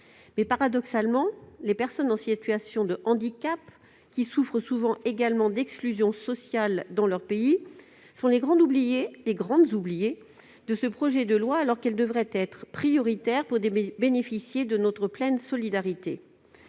Paradoxalement, les personnes en situation de handicap, qui souffrent souvent d'exclusion sociale dans leur pays, sont les grandes oubliées de ce projet de loi. Elles devraient pourtant être prioritaires et bénéficier de notre pleine solidarité.